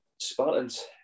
Spartans